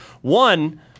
One